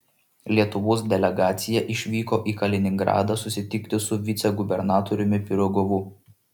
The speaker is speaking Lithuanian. lietuvos delegacija išvyko į kaliningradą susitikti su vicegubernatoriumi pirogovu